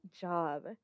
job